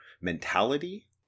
mentality